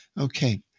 Okay